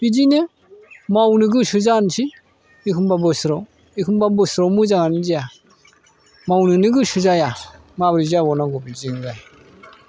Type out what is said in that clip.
बिदिनो मावनो गोसो जानोसै एखमब्ला बोसोराव एखमब्ला बोसोराव मोजाङानो जाया मावनोनो गोसो जाया माब्रै जाबावनांगौ बिदिजोंलाय